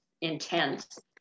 intense